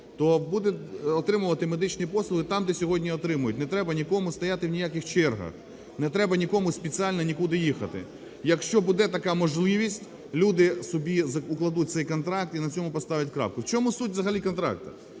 то буде отримувати медичні послуги там, де сьогодні отримують, не треба нікому стояти ні в яких чергах, не треба нікому спеціально нікуди їхати. Якщо буде така можливість – люди собі укладуть цей контракт і на цьому посталять крапку. В чому суть взагалі контракти?